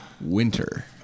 winter